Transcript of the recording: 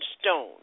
stone